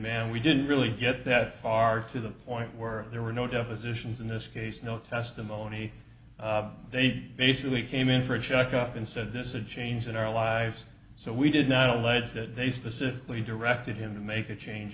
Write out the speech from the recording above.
man we didn't really get that far to the point where there were no depositions in this case no testimony they basically came in for a checkup and said this is a change in our lives so we did not allege that they specifically directed him to make a change